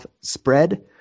spread